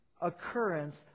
occurrence